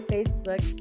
Facebook